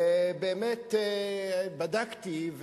ובאמת בדקתי,